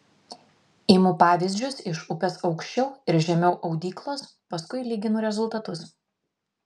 imu pavyzdžius iš upės aukščiau ir žemiau audyklos paskui lyginu rezultatus